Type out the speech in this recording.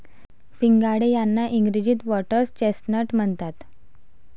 सिंघाडे यांना इंग्रजीत व्होटर्स चेस्टनट म्हणतात